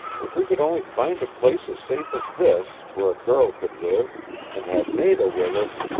if we could only find a place as safe as this where a girl could live and had nada with us